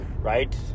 right